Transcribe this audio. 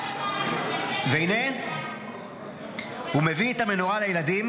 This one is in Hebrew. והינה הוא מביא את המנורה לילדים,